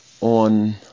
on